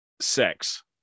sex